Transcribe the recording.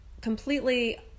completely